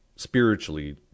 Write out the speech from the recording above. spiritually